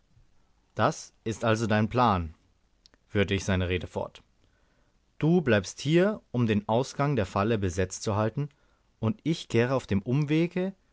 das ist also dein plan führte ich seine rede fort du bleibst hier um den ausgang der falle besetzt zu halten und ich kehre auf dem umwege